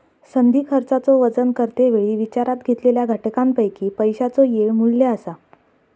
संधी खर्चाचो वजन करते वेळी विचारात घेतलेल्या घटकांपैकी पैशाचो येळ मू्ल्य असा